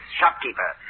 shopkeeper